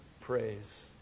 praise